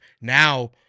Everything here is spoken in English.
Now